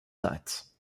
sites